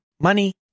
money